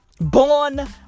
born